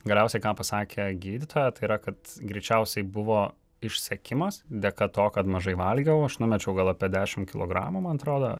galiausiai ką pasakė gydytoja tai yra kad greičiausiai buvo išsekimas dėka to kad mažai valgiau aš numečiau gal apie dešimt kilogramų man atrodo